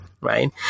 Right